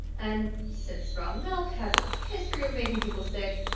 and since raw milk has a history of making people sick,